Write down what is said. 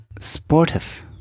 sportive